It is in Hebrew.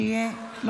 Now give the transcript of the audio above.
שיהיה.